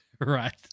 right